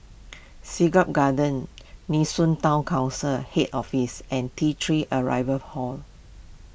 Siglap Gardens Nee Soon Town Council Head Office and T three Arrival